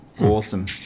Awesome